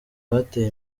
bateye